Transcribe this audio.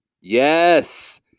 Yes